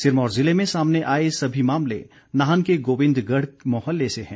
सिरमौर ज़िले में सामने आए सभी मामले नाहन के गोविंदगढ़ मोहल्ले से हैं